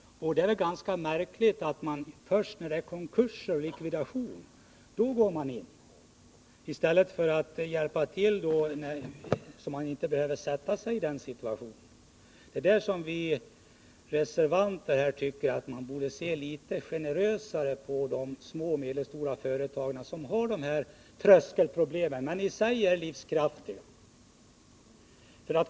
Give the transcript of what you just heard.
Det är ganska märkligt att staten går in först vid konkurser och likvidationer—i stället för att hjälpa till tidigare, så att inte företagen behöver hamna i sådana situationer. Vi reservanter tycker att man borde se litet generösare på de små och medelstora företagen, som har vissa tröskelproblem men i sig är livskraftiga.